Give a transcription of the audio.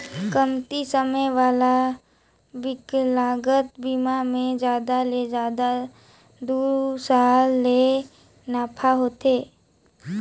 कमती समे वाला बिकलांगता बिमा मे जादा ले जादा दू साल ले नाफा होथे